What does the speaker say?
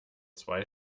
zwei